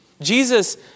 Jesus